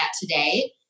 today